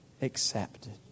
Accepted